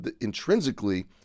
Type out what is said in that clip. intrinsically